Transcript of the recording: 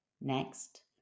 Next